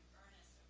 earnest.